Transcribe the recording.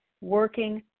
Working